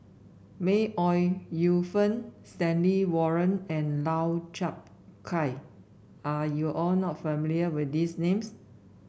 May Ooi Yu Fen Stanley Warren and Lau Chiap Khai are you or not familiar with these names